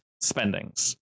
spendings